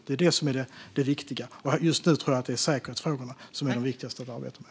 Det är det som är det viktiga, och just nu tror jag att det är säkerhetsfrågorna som är de viktigaste att arbeta med.